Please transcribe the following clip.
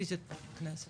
פיזית להגיע.